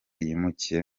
yimukiye